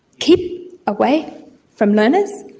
keep away from learners.